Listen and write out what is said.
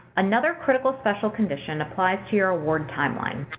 another critical special condition applies to your award timeline.